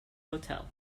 hotel